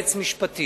ליועץ משפטי,